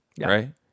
right